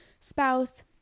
spouse